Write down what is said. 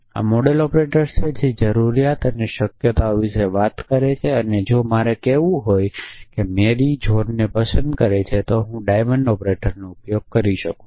તેથી આ model operators છે જે જરૂરીયાતો અને શક્યતાઓ વિશે વાત કરે છે કે અને જો મારે કહેવું હોય મેરી જોનને પસંદ કરે છે તો હું ડાયમંડ ઑપરેટરનો ઉપયોગ કરી શકું છું